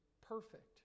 perfect